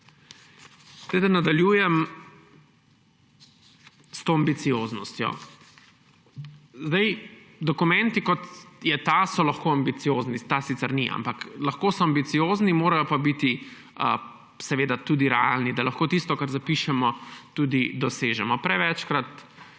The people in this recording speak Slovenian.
Naj nadaljujem s to ambicioznostjo. Dokumenti, kot je ta, so lahko ambiciozni. Ta sicer ni, ampak lahko so ambiciozni, morajo pa biti seveda tudi realni, da lahko tisto, kar zapišemo, tudi dosežemo. Prevečkrat